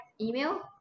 email